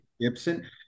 Gibson